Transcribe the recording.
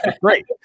Great